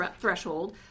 threshold